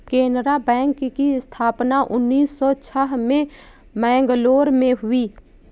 Canara bank की स्थापना उन्नीस सौ छह में मैंगलोर में हुई